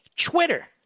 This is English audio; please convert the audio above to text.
Twitter